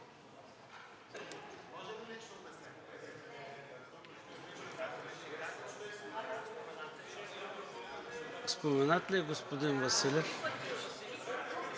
Споменат ли е господин Василев?